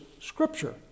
scripture